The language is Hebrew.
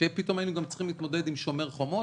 שפתאום היינו צריכים להתמודד עם "שומר חומות",